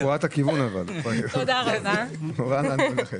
תן לה הזדמנות.